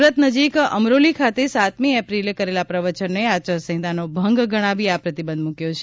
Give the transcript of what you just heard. સુરત નજીક અમરોલી ખાતે સાતમી એપ્રિલે કરેલા પ્રવચનને આચાર સંહિતાનો ભંગ ગણાવી આ પ્રતિબંધ મુકયો છે